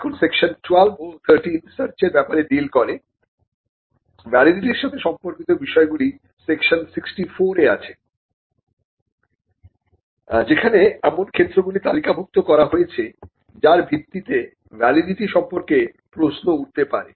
এখন সেকশন 12 ও 13 সার্চের ব্যাপারে ডিল করে ভ্যালিডিটির সাথে সম্পর্কিত বিষয়গুলি সেকশন 64 এ আছে যেখানে এমন ক্ষেত্রগুলি তালিকাভুক্ত করা হয়েছে যার ভিত্তিতে ভ্যালিডিটি সম্পর্কে প্রশ্ন উঠতে পারে